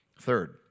Third